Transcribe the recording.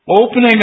opening